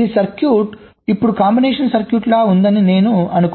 ఈ సర్క్యూట్ ఇప్పుడు combination circuit లాగా ఉందని నేను అనుకున్నాను